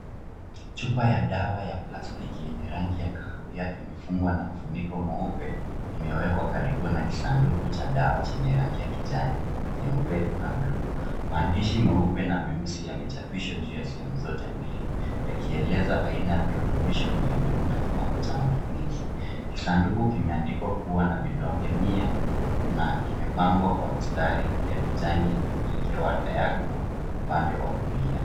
Chupa ya dawa ya plastiki yenye rangi ya kahawia imefungwa na ufuniko mweupe, imewekwa karibu na kisanduku cha dawa chenye rangi ya kijani, nyeupe na bluu. Maandishi meupe na meusi yamechapishwa juu ya sehemu zote mbili, yakieleza aina ya virutubisho vilivyomo na kiwango cha matumizi. Kisanduku kimeandikwa kuwa na vidonge mia na kimepambwa kwa mistari ya kijani yenye mwelekeo wa diagonal upande wa kulia.